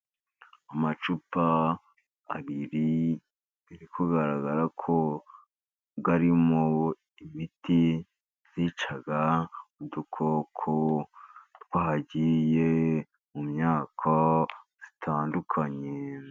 Amacupa abiri biri kugaragara ko arimo imiti yica udukoko, twagiye mu myaka itandukanye.